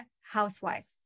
housewife